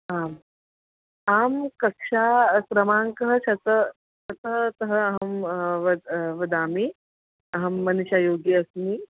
आम् आं कक्षा क्रमाङ्कः चत्वारः चत्वारः तः अहं वद् वदामि अहं मनिषा योगी अस्मि